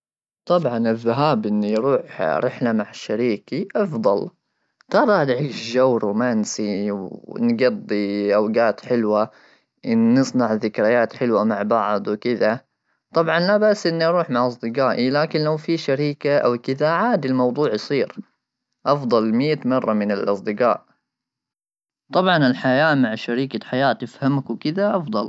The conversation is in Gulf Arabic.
طبعا الذهاب انه يروح رحله مع شريكي افضل ,ترى العيش جو رومانسي ونقضي اوقات حلوه نصنع ذكريات حلوه مع بعض وكذا, طبعا لا بس اني اروح مع اصدقائي لكن لو في شريكه او كذا عادي الموضوع يصير افضل مئه ;مره من الاصدقاء طبعا الحياه مع شريكه حياتي يفهمك وكذا.